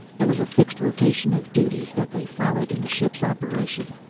there was a fixed rotation of duties that they followed in the ship's operation.